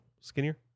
skinnier